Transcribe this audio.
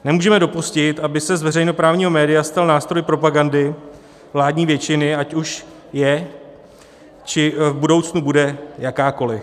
Nemůžeme dopustit, aby se z veřejnoprávního média stal nástroj propagandy vládní většiny, ať už je či v budoucnu bude jakákoli.